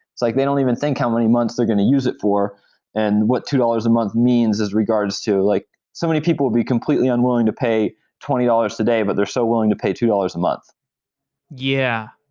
like they don't even think how many months they're going to use it for and what two dollars a month means as regards to like so many people will be completely unwilling to pay twenty dollars today, but they're so willing to pay two dollars a month yeah,